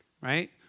Right